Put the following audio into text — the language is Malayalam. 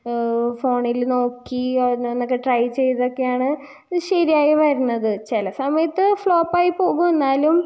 ഫോണിൽ നോക്കി ഓരോന്നൊക്കെ ട്രൈ ചെയ്തൊക്കെയാണ് ശരിയായി വരുന്നത് ചില സമയത്ത് ഫ്ലോപ്പായി പോകും എന്നാലും